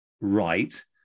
right